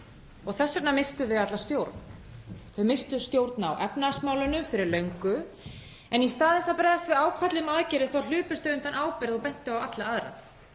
og þess vegna misstum við alla stjórn. Þau misstu stjórn á efnahagsmálunum fyrir löngu en í stað þess að bregðast við ákalli um aðgerðir þá hlupust þau undan ábyrgð og bentu á alla aðra: